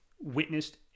witnessed